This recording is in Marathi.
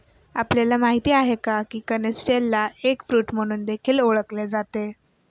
आपल्याला माहित आहे का? की कनिस्टेलला एग फ्रूट म्हणून देखील ओळखले जाते